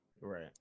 right